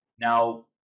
Now